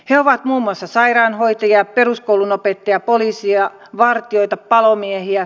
he ovat muun muassa sairaanhoitajia peruskoulunopettajia poliiseja vartijoita palomiehiä